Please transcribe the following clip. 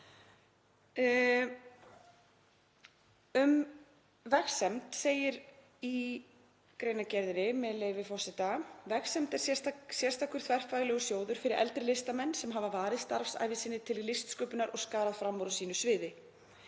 Um Vegsemd segir í greinargerðinni, með leyfi forseta: „Vegsemd er sérstakur, þverfaglegur sjóður fyrir eldri listamenn sem hafa varið starfsævi sinni til listsköpunar og skarað fram úr á sínu sviði.